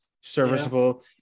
serviceable